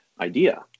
idea